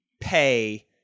pay